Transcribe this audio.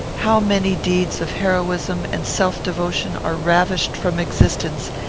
how many deeds of heroism and self-devotion are ravished from existence,